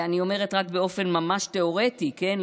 אני אומרת רק באופן ממש תיאורטי, כן?